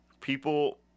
people